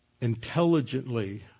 intelligently